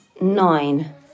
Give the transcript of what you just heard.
nine